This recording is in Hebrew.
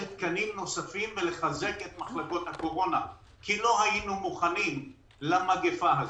תקנים נוספים ולחזק את מחלקות הקורונה כי לא היינו מוכנים למגפה הזאת.